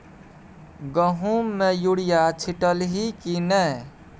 गहुम मे युरिया छीटलही की नै?